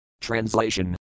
Translation